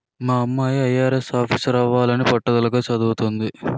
మా అమ్మాయి ఐ.ఆర్.ఎస్ ఆఫీసరవ్వాలని పట్టుదలగా చదవతంది